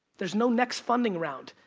there's no next funding round.